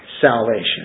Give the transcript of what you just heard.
salvation